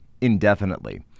indefinitely